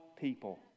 people